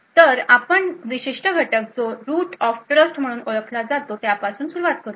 तर आपण विशिष्ट घटक जो रूट ऑफ ट्रस्ट म्हणून ओळखला जातो त्या पासून सुरुवात करुया